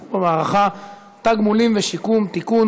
שנספו במערכה (תגמולים ושיקום) (תיקון,